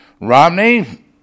Romney